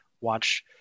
watch